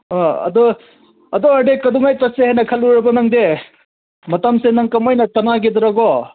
ꯑꯥ ꯑꯗꯣ ꯑꯗꯣ ꯑꯣꯏꯔꯗꯤ ꯀꯩꯗꯧꯉꯩ ꯆꯠꯁꯦ ꯍꯥꯏꯅ ꯈꯜꯂꯨꯔꯕ ꯅꯪꯗꯤ ꯃꯇꯝꯁꯦ ꯅꯪ ꯀꯃꯥꯏꯅ ꯆꯥꯟꯅꯒꯦꯗ꯭ꯔꯥꯀꯣ